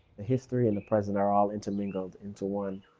the history and the present are all intermingled into one.